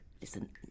Listen